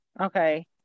Okay